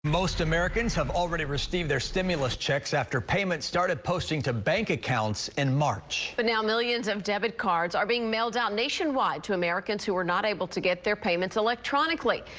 most americans have already received their stimulus checks after payments started posting to bank accounts in march, but now millions of debit cards are being mailed out nationwide to americans who are not able to get their payments electronically.